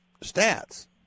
stats